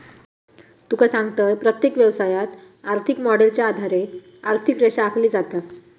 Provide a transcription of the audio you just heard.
तुका सांगतंय, प्रत्येक व्यवसायात, आर्थिक मॉडेलच्या आधारे आर्थिक रेषा आखली जाता